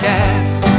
Cast